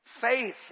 Faith